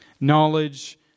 Knowledge